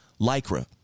Lycra